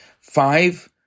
five